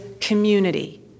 community